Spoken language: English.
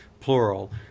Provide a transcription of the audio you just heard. plural